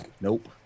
Nope